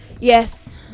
Yes